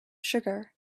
sugar